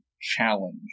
challenge